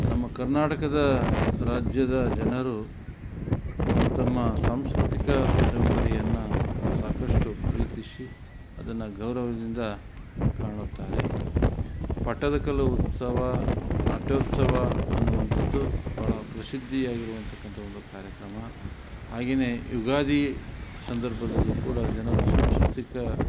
ನಮ್ಮ ಕರ್ನಾಟಕದ ರಾಜ್ಯದ ಜನರು ತಂತಮ್ಮ ಸಾಂಸ್ಕೃತಿಕ ಪರಂಪರೆಯನ್ನು ಸಾಕಷ್ಟು ಪ್ರೀತಿಸಿ ಅದನ್ನು ಗೌರವದಿಂದ ಕಾಣುತ್ತಾರೆ ಪಟ್ಟದಕಲ್ಲು ಉತ್ಸವ ನಾಟ್ಯೋತ್ಸವ ಅನ್ನುವಂಥದ್ದು ಬಹಳ ಪ್ರಸಿದ್ಧಿಯಾಗಿರುವಂಥಕ್ಕಂಥ ಒಂದು ಕಾರ್ಯಕ್ರಮ ಹಾಗೆನೇ ಯುಗಾದಿ ಸಂದರ್ಭದಲ್ಲೂ ಕೂಡ ಜನರು ಸಾಂಸ್ಕೃತಿಕ